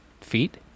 Feet